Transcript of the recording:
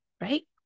right